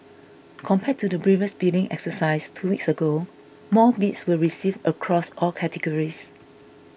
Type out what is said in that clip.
compared to the previous bidding exercise two weeks ago more bids were received across all categories